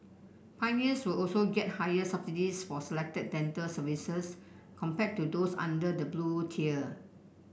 pioneers will also get higher subsidies for selected dental services compared to those under the Blue Tier